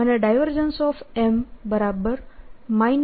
M Mcosθ δ મળશે